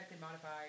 modified